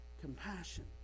compassion